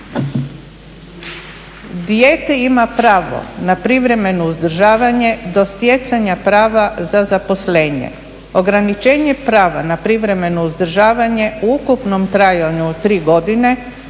dijete ima pravo na privremeno uzdržavanje do stjecanja prava za zaposlenje. Ograničenje prava na privremeno uzdržavanje u ukupnom trajanju od 3 godine